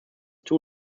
two